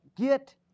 get